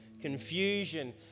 confusion